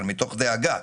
מתוך דאגה.